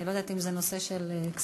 אני לא יודעת אם זה נושא של כספים.